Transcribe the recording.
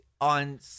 On